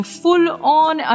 full-on